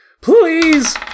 Please